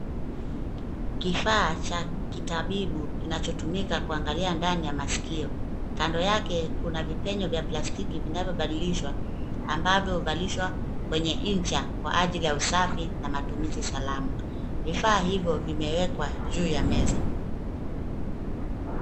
Kifaa cha kitabibu kinachotumika kuangalia ndani ya masikio. Kando yake kuna vipenyo vya plastiki vinavyobadilishwa, ambavyo huvalishwa kwenye ncha kwa ajili ya usafi na matumizi salama. Vifaa hivyo vimewekwa juu ya meza.